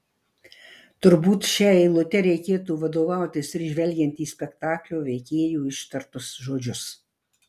turbūt šia eilute reikėtų vadovautis ir žvelgiant į spektaklio veikėjų ištartus žodžius